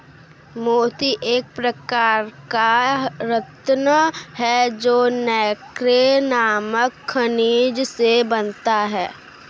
मोती एक प्रकार का रत्न है जो नैक्रे नामक खनिज से बनता है